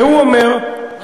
והוא אומר,